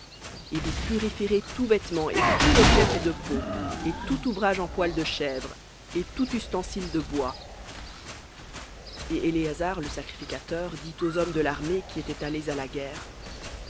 et vous purifierez tout vêtement et tout objet de peau et tout ouvrage en poil de chèvres et tout ustensile de bois et éléazar le sacrificateur dit aux hommes de l'armée qui étaient allés à la guerre